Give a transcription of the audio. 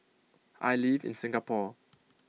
I live in Singapore